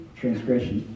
transgression